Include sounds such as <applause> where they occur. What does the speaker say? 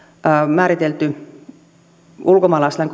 määritelty ulkomaalaislain <unintelligible>